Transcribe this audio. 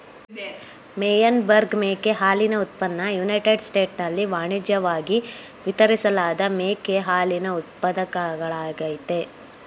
Meyenberg ಮೇಕೆ ಹಾಲಿನ ಉತ್ಪನ್ನ ಯುನೈಟೆಡ್ ಸ್ಟೇಟ್ಸ್ನಲ್ಲಿ ವಾಣಿಜ್ಯಿವಾಗಿ ವಿತರಿಸಲಾದ ಮೇಕೆ ಹಾಲಿನ ಉತ್ಪಾದಕಗಳಾಗಯ್ತೆ